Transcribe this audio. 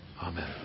Amen